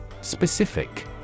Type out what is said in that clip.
Specific